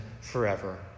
forever